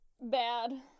bad